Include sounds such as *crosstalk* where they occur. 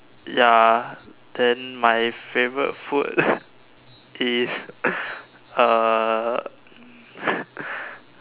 ya then my favourite food *laughs* is *laughs* uh *laughs*